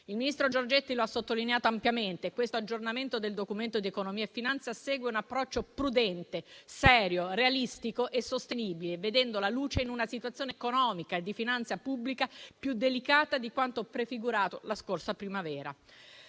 Il ministro Giorgetti lo ha sottolineato ampiamente: questo aggiornamento del Documento di economia e finanza segue un approccio prudente, serio, realistico e sostenibile, vedendo la luce in una situazione economica e di finanza pubblica più delicata di quanto prefigurato la scorsa primavera.